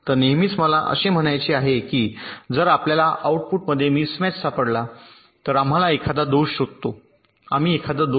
तर नेहमीच मला असे म्हणायचे आहे की जर आपल्याला आउटपुटमध्ये मिसमॅच सापडला तर आम्ही एखादा दोष शोधतो